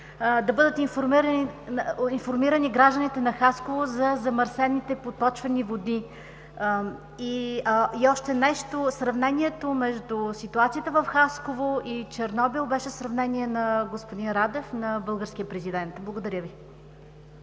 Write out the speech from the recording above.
да бъдат информирани гражданите на Хасково за замърсените подпочвени води. И още нещо: сравнението между ситуацията в Хасково и Чернобил беше сравнение на господин Радев – на българския президент. Благодаря Ви.